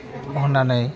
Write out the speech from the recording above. होन्नानै